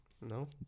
No